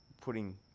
putting